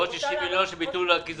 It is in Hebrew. ועוד 60 מיליון של ביטול הקיזוזים.